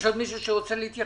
יש עוד מישהו שרוצה להתייחס?